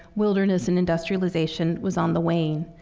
wilderness and industrialization, was on the wane.